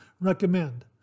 recommend